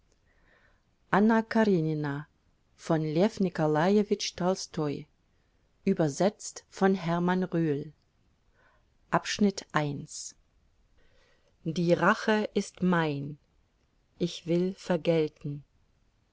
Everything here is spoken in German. anna karenina anna karenina die rache ist mein ich will vergelten